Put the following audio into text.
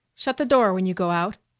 shut the door when you go out.